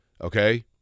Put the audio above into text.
okay